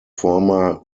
former